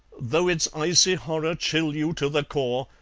though its icy horror chill you to the core,